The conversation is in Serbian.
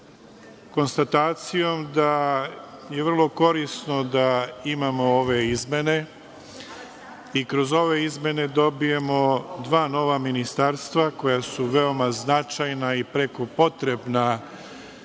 konstatacijom da je vrlo korisno da imamo ove izmene i kroz ove izmene dobijemo dva ministarstva, koja su veoma značajna, i preko potrebna